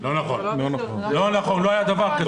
לא נכון, לא היה דבר כזה.